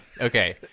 okay